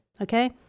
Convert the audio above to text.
okay